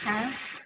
हाँ